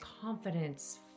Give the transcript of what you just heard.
confidence